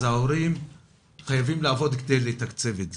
אז ההורים חייבים לעבוד כדי לתקצב את זה.